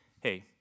hey